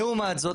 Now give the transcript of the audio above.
לעומת זאת,